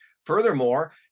furthermore